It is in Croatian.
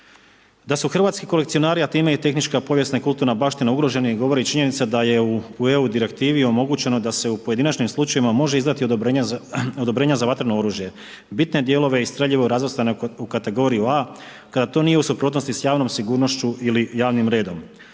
Da su hrvatski kolekcionari, a time i tehnička povijesna i kulturna baština ugroženi govori činjenica da je u EU direktivi omogućeno da se u pojedinačnim slučajevima može izdati odobrenja za vatreno oružje, bitne dijelove i streljivo razvrstane u kategoriju A kada to nije u suprotnosti sa javnom sigurnošću ili javnim redom.